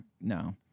No